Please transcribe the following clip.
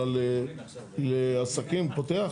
אלא לעסקים הוא פותח?